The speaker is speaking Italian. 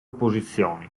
posizioni